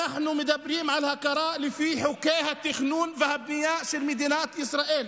אנחנו מדברים על הכרה לפי חוקי התכנון והבנייה של מדינת ישראל,